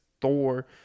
Thor